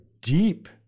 deep